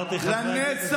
אמרתי "חברי הכנסת",